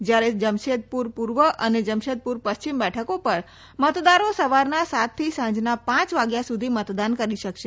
જયારે જમશેદપુર પુર્વ અને જમશેદપુર પશ્ચિમ બેઠકો પર મતદારો સવારના સાત થી સાંજના પાંચ વાગ્યા સુધી મતદાન કરી શકશે